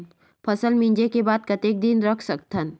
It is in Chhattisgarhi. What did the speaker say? फसल मिंजे के बाद कतेक दिन रख सकथन?